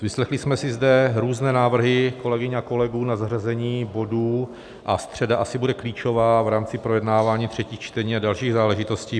Vyslechli jsme si zde různé návrhy kolegyň a kolegů na zařazení bodů a středa asi bude klíčová v rámci projednávání třetích čtení a dalších záležitostí.